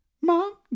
Mom